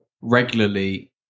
regularly